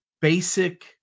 basic